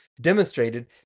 demonstrated